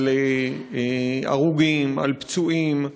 על הרוגים, על פצועים,